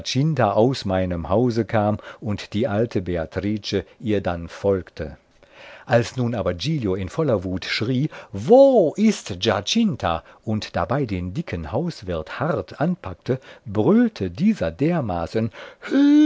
aus meinem hause kam und die alte beatrice ihr dann folgte als nun aber giglio in voller wut schrie wo ist giacinta und dabei den dicken hauswirt hart anpackte brüllte dieser dermaßen